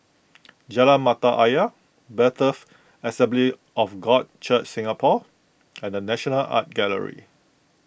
Jalan Mata Ayer Bethel Assembly of God Church Singapore and the National Art Gallery